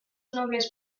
nobles